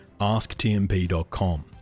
asktmp.com